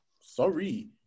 Sorry